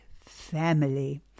family